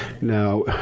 Now